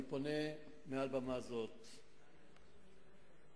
אני פונה מעל במה זו אל כולכם,